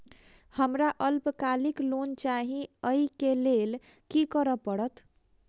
हमरा अल्पकालिक लोन चाहि अई केँ लेल की करऽ पड़त?